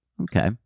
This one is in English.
Okay